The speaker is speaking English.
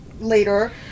later